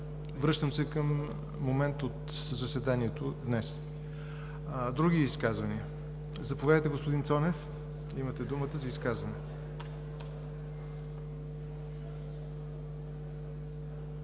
Връщам се към момент от заседанието днес. Други изказвания? Заповядайте, господин Цонев, имате думата за изказване.